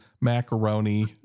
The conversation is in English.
macaroni